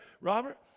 robert